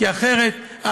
כי אחרת,